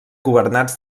governats